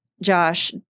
Josh